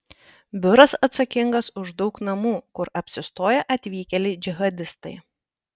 biuras atsakingas už daug namų kur apsistoję atvykėliai džihadistai